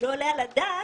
לא עולה על הדעת